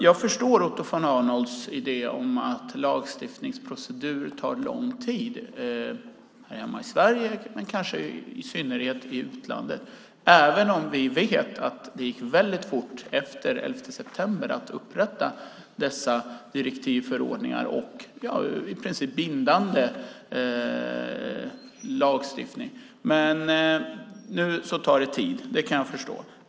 Jag förstår Otto von Arnolds idé om att lagstiftningsprocedurer tar lång tid hemma i Sverige men kanske i synnerhet i utlandet, även om vi vet att det gick väldigt fort efter elfte september att upprätta dessa direktiv och förordningar och i princip bindande lagstiftning. Nu tar det tid, det kan jag förstå.